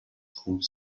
trompe